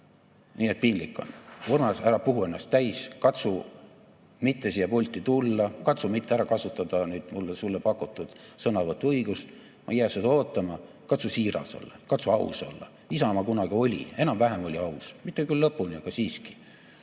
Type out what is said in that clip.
Nii et piinlik on. Urmas, ära puhu ennast täis, katsu mitte siia pulti tulla, katsu mitte ära kasutada sulle pakutud sõnavõtuõigust, ma ei jää seda ootama. Katsu siiras olla, katsu aus olla. Isamaa kunagi oli, enam-vähem oli aus, mitte küll lõpuni, aga siiski.